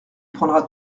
prendras